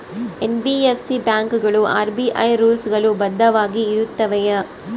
NBFC ಬ್ಯಾಂಕುಗಳು RBI rules ಗಳು ಬದ್ಧವಾಗಿ ಇರುತ್ತವೆಯ?